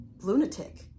lunatic